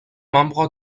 membre